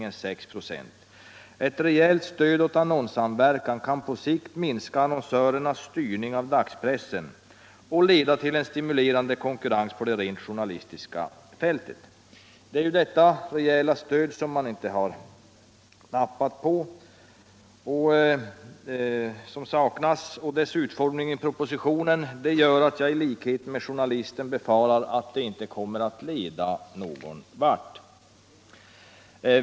Ett rejält stöd åt annonssamverkan kan på sikt minska annonsörernas styrning av dagspressen och leda till en stimulerande konkurrens på det rent journalistiska fältet.” Det är detta rejäla stöd som saknas och dess utformning i propositionen gör att jag i likhet med tidningen Journalisten befarar att det inte kommer att leda någon vart.